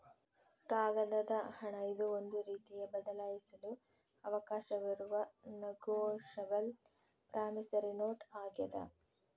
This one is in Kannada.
ಕಾಗದದ ಹಣ ಇದು ಒಂದು ರೀತಿಯ ಬದಲಾಯಿಸಲು ಅವಕಾಶವಿರುವ ನೆಗೋಶಬಲ್ ಪ್ರಾಮಿಸರಿ ನೋಟ್ ಆಗ್ಯಾದ